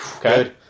Good